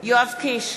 יואב קיש,